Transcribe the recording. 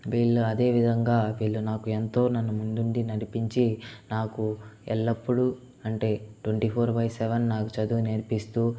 వీళ్ళు అదేవిధంగా వీళ్ళు ఎంతో నన్ను ముందుండి నడిపించి నాకు ఎల్లప్పుడూ అంటే ట్వంటీ ఫోర్ బై సెవెన్ నాకు చదువు నేర్పిస్తూ